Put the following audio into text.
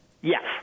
Yes